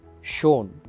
shown